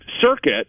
circuit